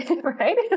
right